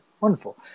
wonderful